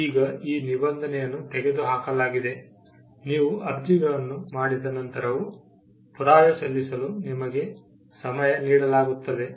ಈಗ ಆ ನಿಬಂಧನೆಯನ್ನು ತೆಗೆದುಹಾಕಲಾಗಿದೆ ನೀವು ಅರ್ಜಿಗಳನ್ನು ಮಾಡಿದ ನಂತರವೂ ಪುರಾವೆ ಸಲ್ಲಿಸಲು ನಿಮಗೆ ಸಮಯ ನೀಡಲಾಗುತ್ತದೆ